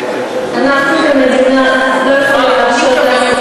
אנחנו כמדינה לא יכולים להרשות לעצמנו,